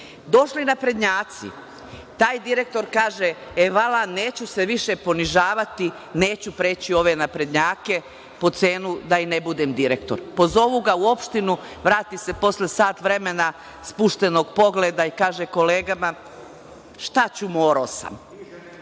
Došli naprednjaci, taj direktor kaže – neću se više ponižavati. Neću preći u ove naprednjake po cenu da i ne budem direktor. Pozovu ga u opštinu, vrati se posle sat vremena spuštenog pogleda i kaže kolegama – šta ću, morao sam.